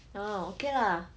oh okay lah